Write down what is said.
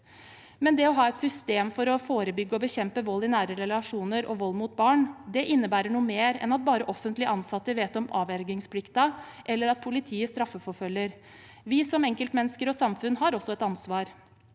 Men det å ha et system for å forebygge og bekjempe vold i nære relasjoner og vold mot barn innebærer noe mer enn at bare offentlig ansatte vet om avvergingsplikten, eller at politiet straffeforfølger. Vi som enkeltmennesker og samfunn har også et ansvar.